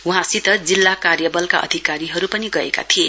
वहाँसित जिल्ला कार्य बलका अधिकारीहरू पनि गएका थिए